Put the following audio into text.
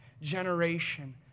generation